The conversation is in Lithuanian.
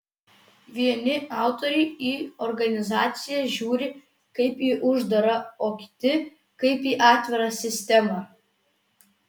vieni autoriai į organizaciją žiūri kaip į uždarą o kiti kaip į atvirą sistemą